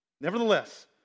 Nevertheless